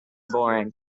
boring